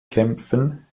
kämpfen